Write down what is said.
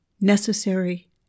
Necessary